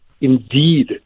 indeed